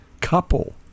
couple